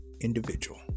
individual